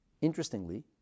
Interestingly